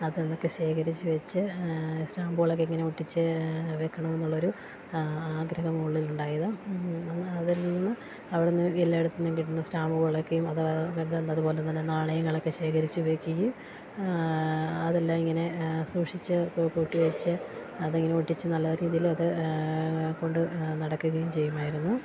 അതന്നൊക്കെ ശേഖരിച്ചുവച്ച് സ്റ്റാമ്പുകളൊക്കെ ഇങ്ങനെ ഒട്ടിച്ച് വയ്ക്കണമെന്നുള്ളൊരു ആഗ്രഹമുള്ളിലുണ്ടായതും അതിൽനിന്ന് അവിടുന്ന് എല്ലായിടത്തിന്നും കിട്ടുന്ന സ്റ്റാമ്പുകളൊക്കെയും അതുപോലെതന്നെ നാണയങ്ങളൊക്കെ ശേഖരിച്ചുവയ്ക്കുകയും അതെല്ലാം ഇങ്ങനെ സൂക്ഷിച്ച് കൂട്ടിവച്ച് അതെങ്ങനെ ഒട്ടിച്ചു നല്ല രീതിയിൽ അത് കൊണ്ടു നടക്കുകയും ചെയ്യുമായിരുന്നു